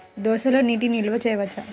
దోసలో నీటి నిల్వ చేయవచ్చా?